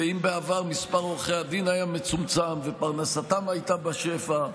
אם בעבר מספר עורכי הדין היה מצומצם ופרנסתם הייתה בשפע,